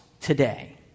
today